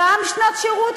גם שנת שירות,